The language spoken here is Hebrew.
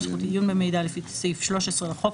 זכות עיון במידע לפי סעיף 13 לחוק